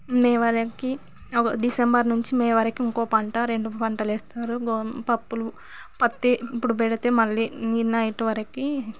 మే వరకి డిసెంబర్ నుంచి మే వరకు ఇంకో పంట రెండు పంటలు వేస్తారు పప్పులు పత్తి ఇప్పుడు పెడితే మళ్ళీ నిన్నటివరకీ